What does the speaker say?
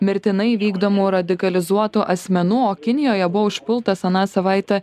mirtinai vykdomų radikalizuotų asmenų o kinijoje buvo užpultas aną savaitę